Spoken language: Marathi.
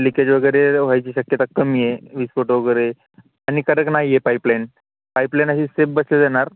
लिकेज वगैरे व्हायची शक्यता कमी आहे विस्फोट वगैरे आणि कडक नाही आहे पाईपलाईन पाईपलाईन अशी सेप बसले जाणार